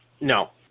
No